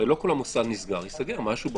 הרי לא כל המוסד נסגר, ייסגר משהו במוסד.